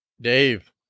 Dave